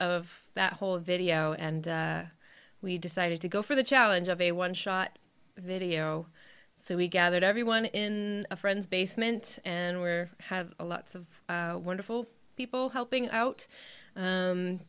of that whole video and we decided to go for the challenge of a one shot video so we gathered everyone in a friend's basement and where have lots of wonderful people helping out